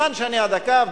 בזמן שאני על הקו,